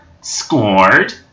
scored